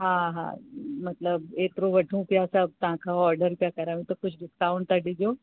हा हा मतलबु एतिरो वठूं पिया तव्हां खां सभु ऑडर पिया करूं त कुझु डिस्काउंट त ॾिजो